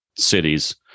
cities